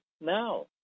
now